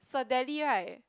Cedele right